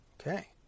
Okay